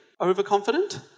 overconfident